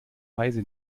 weise